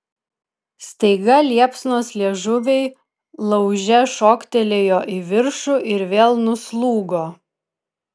staiga liepsnos liežuviai lauže šoktelėjo į viršų ir vėl nuslūgo